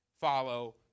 follow